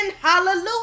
hallelujah